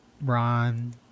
Ron